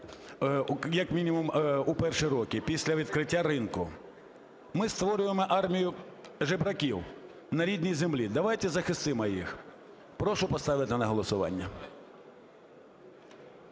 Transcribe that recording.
як мінімум у перші роки після відкриття ринку. Ми створюємо армію жебраків на рідній землі. Давайте захистимо їх. Прошу поставити на голосування.